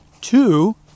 two